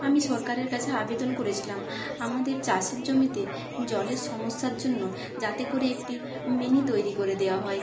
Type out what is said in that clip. আমি সরকারের কাছে আবেদন করেছিলাম আমাদের চাষের জমিতে জলের সমস্যার জন্য যাতে করে একটি মিনি তৈরি করে দেওয়া হয়